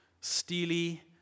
steely